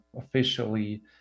officially